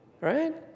Right